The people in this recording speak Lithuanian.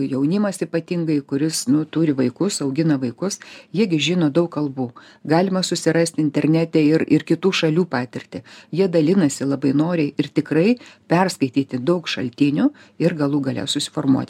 jaunimas ypatingai kuris nu turi vaikus augina vaikus jie gi žino daug kalbų galima susirast internete ir ir kitų šalių patirtį jie dalinasi labai noriai ir tikrai perskaityti daug šaltinių ir galų gale susiformuot